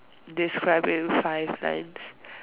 describe in five lines